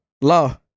Law